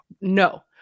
No